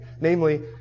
namely